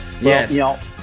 Yes